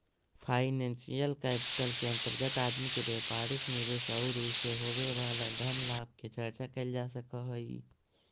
financial capital के अंतर्गत आदमी के व्यापारिक निवेश औउर उसे होवे वाला धन लाभ के चर्चा कैल जा सकऽ हई